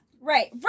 right